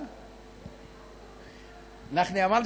יוסי, זה מספיק כואב לנו בעברית, לא צריך בערבית.